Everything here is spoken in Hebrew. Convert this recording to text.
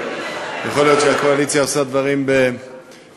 אבל יכול להיות שהקואליציה עושה דברים בחשאי.